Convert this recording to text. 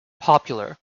popular